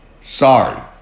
Sorry